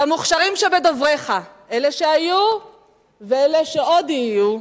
והמוכשרים שבדובריך, אלה שהיו ואלה שעוד יהיו,